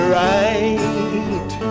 right